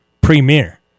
premier